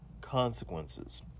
consequences